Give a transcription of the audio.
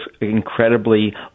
incredibly